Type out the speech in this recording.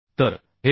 तर हे 283